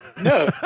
No